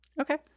Okay